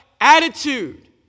Attitude